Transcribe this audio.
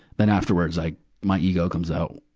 then afterwards, like my ego comes out.